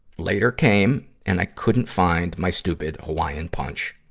later came, and i couldn't find my stupid hawaiian punch.